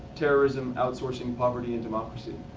terrorism, outsourcing, poverty, and democracy.